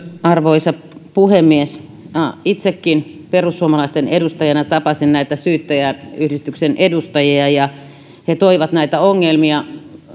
arvoisa puhemies itsekin perussuomalaisten edustajana tapasin näitä syyttäjäyhdistyksen edustajia ja he toivat näitä ongelmia